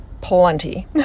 plenty